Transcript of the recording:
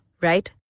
right